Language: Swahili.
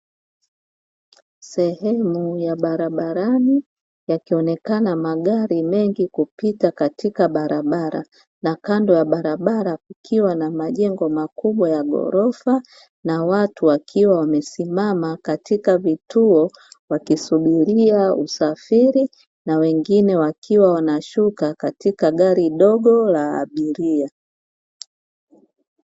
Sehemu ya barabarani yakionekana magari mengi kupita katika barabara, na kando ya barabara kukiwa na majengo makubwa ya ghorofa na watu wakiwa wamesimama katika vituo wakisubiria usafiri na wengine wakiwa wanashuka katika gari dogo la abiria.